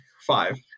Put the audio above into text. five